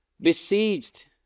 besieged